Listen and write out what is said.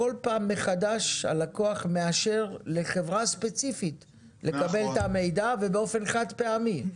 בכל פעם מחדש הלקוח מאשר לחברה ספציפית לקבל את המידע ובאופן חד פעמי.